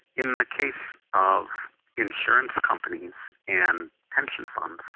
in the case of insurance companies and pension funds,